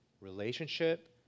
relationship